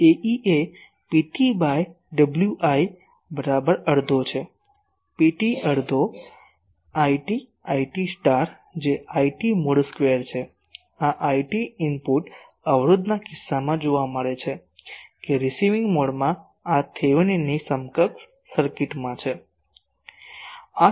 તેથી Ae એ PT by Wi બરાબર અડધો છે PT અડધો IT IT જે IT મોડ સ્ક્વેર છે આ IT ઇનપુટ અવરોધના કિસ્સામાં જોવા મળે છે કે રીસીવિંગ મોડમાં આ થેવેનિનની સમકક્ષ સર્કિટમાં છે